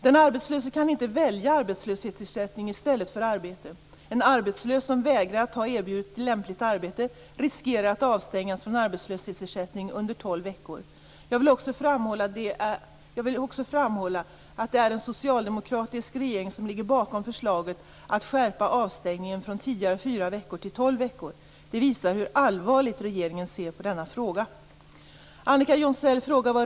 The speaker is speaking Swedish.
Den arbetslöse kan inte välja arbetslöshetsersättning i stället för arbete. En arbetslös som vägrar att ta ett erbjudet lämpligt arbete riskerar att avstängas från arbetslöshetsersättning under tolv veckor. Jag vill också framhålla att det är en socialdemokratisk regering som ligger bakom förslaget att skärpa avstängningen från tidigare fyra veckor till tolv veckor. Det visar hur allvarligt regeringen ser på denna fråga.